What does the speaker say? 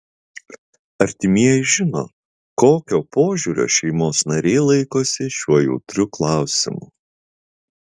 artimieji žino kokio požiūrio šeimos nariai laikosi šiuo jautriu klausimu